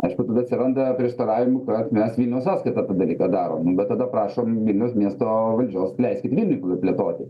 aišku tada atsiranda prieštaravimų kad mes vilniaus sąskaita tą dalyką darom nu bet tada prašom vilniaus miesto valdžios leiskit vilniuj plėtoti